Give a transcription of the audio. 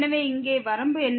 எனவே இங்கே வரம்பு என்ன